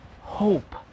hope